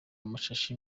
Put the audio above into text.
amashashi